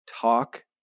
talk